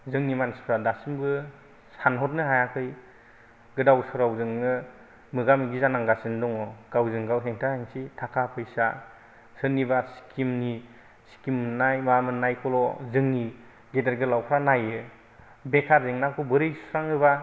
जोंनि मानसिफ्रा दासिमबो सानहरनो हायाखै गोदाव सोरावजोंनो मोगा मोगि जानांगासिनो दङ गावजों गाव हेंथा हेंसि थाखा फैसा सोरनिबा स्किमनि स्किम मोननाय माबा मोन्नायखौल' जोंनि गेदेर गोलावफ्रा नायो बेकार जेंनाखौ बोरै सुस्राङोबा